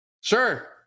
Sure